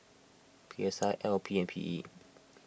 P S I L P and P E